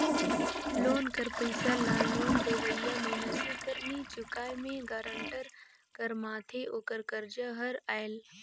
loan कर पइसा ल लोन लेवइया मइनसे कर नी चुकाए में गारंटर कर माथे ओकर करजा हर आएल